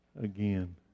again